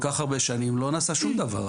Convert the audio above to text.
כל כך הרבה שנים לא נעשה שום דבר,